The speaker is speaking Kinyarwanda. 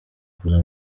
kuza